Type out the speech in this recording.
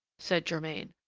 said germain.